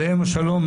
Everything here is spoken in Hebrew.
עליהם השלום,